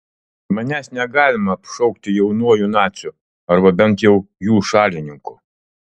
manęs negalima apšaukti jaunuoju naciu arba bent jau jų šalininku